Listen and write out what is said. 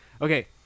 Okay